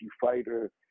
fighter